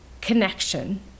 connection